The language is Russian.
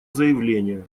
заявление